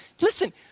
Listen